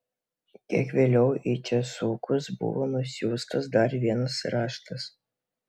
kiek vėliau į česukus buvo nusiųstas dar vienas raštas